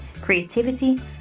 creativity